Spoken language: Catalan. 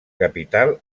capital